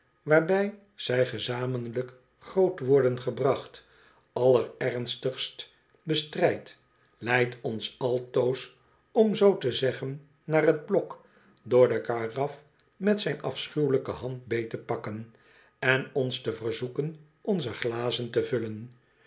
waarbij zij gezamenlijk groot worden gebracht allerernstigst bestrijdt leidt ons altoos om zoo te zeggen naar t blok door de karaf met zijn afschuwelijke hand beet te pakken en ons te verzoeken onze glazen te vullen